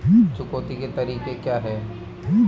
चुकौती के तरीके क्या हैं?